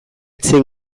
zen